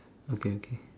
okay okay